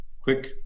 quick